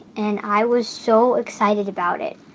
and i was so excited about it.